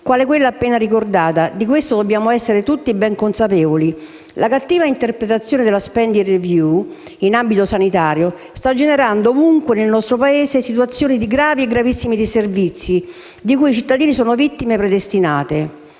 quale quella appena ricordata: di questo dobbiamo essere tutti ben consapevoli. La cattiva interpretazione della *spending review* in ambito sanitario sta generando ovunque, nel nostro Paese, situazioni di gravi e gravissimi disservizi, di cui i cittadini sono le vittime predestinate.